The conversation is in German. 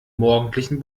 morgendlichen